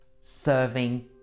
serving